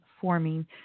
forming